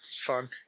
fun